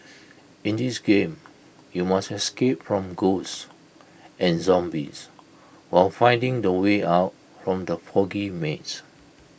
in this game you must escape from ghosts and zombies while finding the way out from the foggy maze